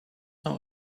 know